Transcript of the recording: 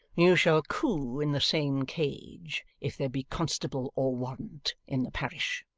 you shall coo in the same cage, if there be constable or warrant in the parish.